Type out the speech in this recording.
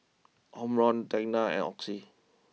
Omron Tena and Oxy